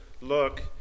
look